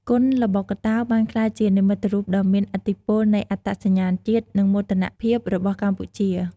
គុនល្បុក្កតោបានក្លាយជានិមិត្តរូបដ៏មានឥទ្ធិពលនៃអត្តសញ្ញាណជាតិ និងមោទនភាពរបស់កម្ពុជា។